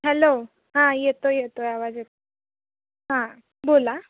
hello हां येतो येतो आहे आवाज येत हां बोला